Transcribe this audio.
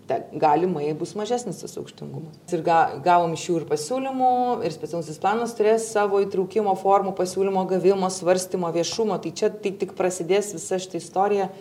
te galimai bus mažesnis tas aukštingumas ir ga gavom iš jų ir pasiūlymų ir specialusis planas turės savo įtraukimo formų pasiūlymo gavimą svarstymą viešumą tai čia tai tik prasidės visa šita istorija